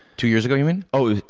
two years ago, you mean? oh,